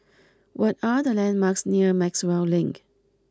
what are the landmarks near Maxwell Link